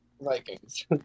Vikings